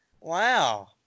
Wow